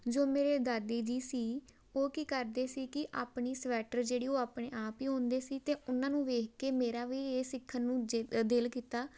ਜੋ ਮੇਰੇ ਦਾਦੀ ਜੀ ਸੀ ਉਹ ਕੀ ਕਰਦੇ ਸੀ ਕਿ ਆਪਣੀ ਸਵੈਟਰ ਜਿਹੜੀ ਉਹ ਆਪਣੇ ਆਪ ਹੀ ਉਣਦੇ ਸੀ ਅਤੇ ਉਹਨਾਂ ਨੂੰ ਵੇਖ ਕੇ ਮੇਰਾ ਵੀ ਇਹ ਸਿੱਖਣ ਨੂੰ ਜੀ ਦਿਲ ਕੀਤਾ